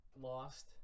lost